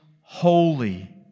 holy